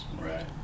Right